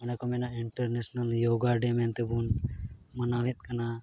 ᱚᱱᱮ ᱠᱚ ᱢᱮᱱᱟ ᱤᱱᱴᱟᱨᱱᱮᱥᱱᱮᱞ ᱭᱳᱜᱟ ᱰᱮᱹ ᱢᱮᱱᱛᱮᱵᱚᱱ ᱢᱟᱱᱟᱣᱮᱫ ᱠᱟᱱᱟ